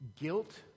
guilt